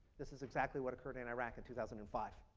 this is exactly what occurred in iraq in two thousand and five.